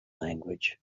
language